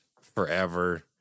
forever